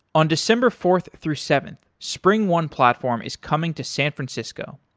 on december fourth through seventh springone platform is coming to san francisco.